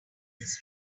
this